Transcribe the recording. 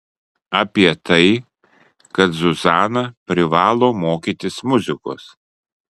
apie tai kad zuzana privalo mokytis muzikos